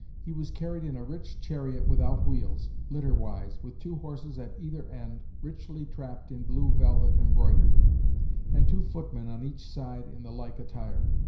he was carried in a rich chariot without wheels, litter-wise with two horses at either end, richly trapped in blue velvet embroidered and two footmen on each side in the like attire.